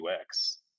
UX